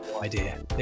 Idea